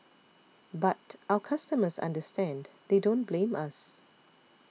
but our customers understand they don't blame us